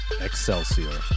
Excelsior